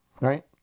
Right